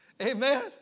Amen